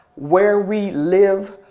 where we live,